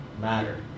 matter